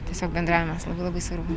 tiesiog bendravimas labai labai svarbu